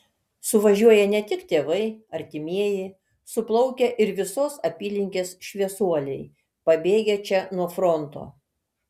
suvažiuoja ne tik tėvai artimieji suplaukia ir visos apylinkės šviesuoliai pabėgę čia nuo fronto